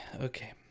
Okay